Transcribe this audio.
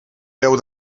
veu